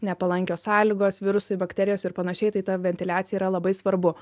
nepalankios sąlygos virusai bakterijos ir panašiai tai ta ventiliacija yra labai svarbu